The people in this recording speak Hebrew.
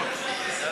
מה קרה?